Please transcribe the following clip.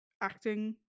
acting